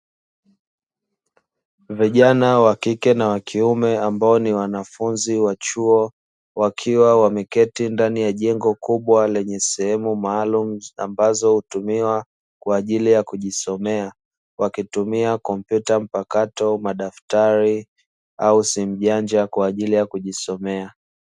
Vijana wa kike na wa kiume, ambao ni wanafunzi wa chuo, wakiwa wameketi ndani ya jengo kubwa lenye sehemu maalumu ambazo hutumiwa kwa ajili ya kujisomea, wakitumia kompyuta mpakato, madaftari au simu janja kwa ajili ya kujisomea.